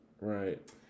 Right